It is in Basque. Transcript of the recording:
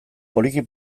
poliki